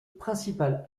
principal